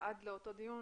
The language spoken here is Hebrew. עד לאותו דיון